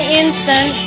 instant